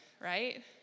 Right